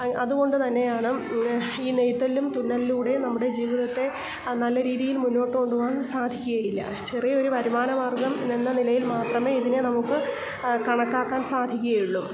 അതുകൊണ്ട് തന്നെയാണ് ഈ നെയ്ത്തലും തുന്നലിലൂടെയും നമ്മളുടെ ജീവിതത്തെ നല്ല രീതിയിൽ മുന്നോട്ട് കൊണ്ടുപോവാൻ സാധിക്കുകയില്ല ചെറിയൊരു വരുമാന മാർഗ്ഗം എന്നനിലയിൽ മാത്രമേ ഇതിനെ നമ്മൾക്ക് കണക്കാക്കാൻ സാധിക്കുകയുള്ളു